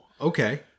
okay